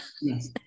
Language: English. Yes